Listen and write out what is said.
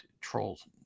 trolls